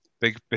big